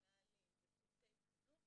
מנהלים וצוותי חינוך,